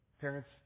Parents